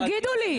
תגידו לי.